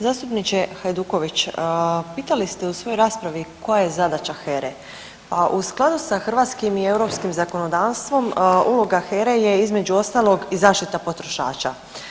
Zastupniče Hajduković, pitali ste u svojoj raspravi koja je zadaća HERA-e, pa u skladu sa hrvatskim i europskim zakonodavstvom uloga HERA-e je između ostalog i zaštita potrošača.